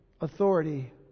authority